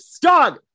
Dog